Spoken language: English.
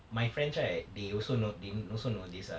my friends they also know they also know this ah